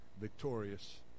victorious